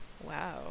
Wow